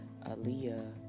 Aaliyah